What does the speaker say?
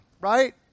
right